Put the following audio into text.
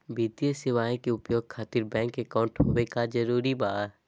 वित्तीय सेवाएं के उपयोग खातिर बैंक अकाउंट होबे का जरूरी बा?